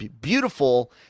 beautiful